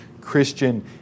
christian